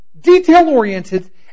detail-oriented